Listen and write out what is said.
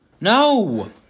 no